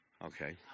Okay